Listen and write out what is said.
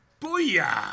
booyah